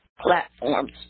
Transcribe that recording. platforms